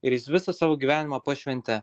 ir jis visą savo gyvenimą pašventė